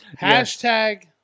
Hashtag